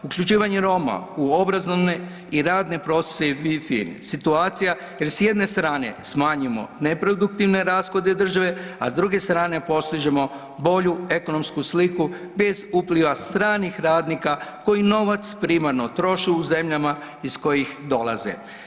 Uključivanje Roma u obrazovne i radne procese i firmi ... situacija i s jedne strane smanjimo neproduktivne rashode države a s druge strane postižemo bolju ekonomsku sliku bez upliva stranih radnika koji novac primarno troše u zemljama iz kojih dolaze.